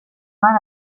van